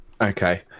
Okay